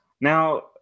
Now